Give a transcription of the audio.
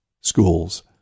schools